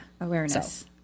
awareness